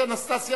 אנסטסיה